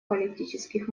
политических